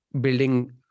building